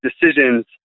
decisions